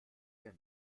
wir